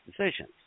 decisions